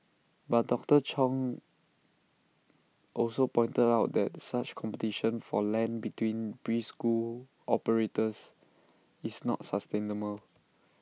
but doctor chung also pointed out that such competition for land between preschool operators is not sustainable